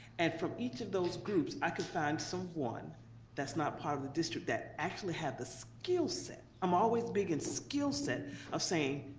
and from each of those groups i can find someone that's not part of the district that actually have the skillset. i'm always big in skillset of saying,